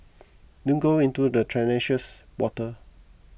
don't go into the treacherous water